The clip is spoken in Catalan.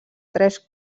tres